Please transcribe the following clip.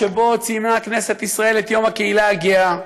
שבו ציינה כנסת ישראל את יום הקהילה הגאה,